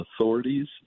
authorities